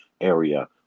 area